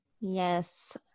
Yes